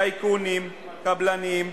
טייקונים, קבלנים,